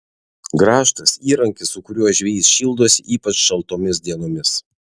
grąžtas įrankis su kuriuo žvejys šildosi ypač šaltomis dienomis